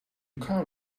come